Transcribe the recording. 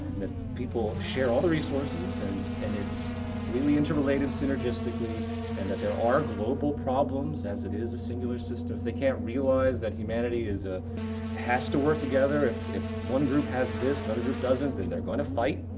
that people share all the resources and and it's completely interrelated synergistically and that there are global problems as it is a singular system if they can't realize that humanity ah has to work together. if if one group has this another group doesn't, then they're going to fight.